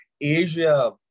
Asia